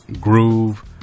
Groove